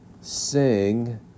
sing